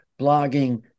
blogging